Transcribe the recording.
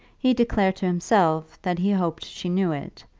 he declared to himself that he hoped she knew it,